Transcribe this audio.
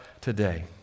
today